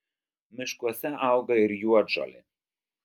miškuose auga ir juodžolė